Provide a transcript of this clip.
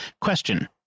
Question